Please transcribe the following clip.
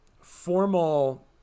formal